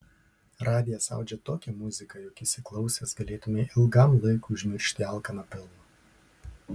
radijas audžia tokią muziką jog įsiklausęs galėtumei ilgam laikui užmiršti alkaną pilvą